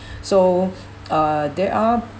so uh there are